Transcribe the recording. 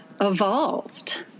evolved